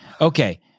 Okay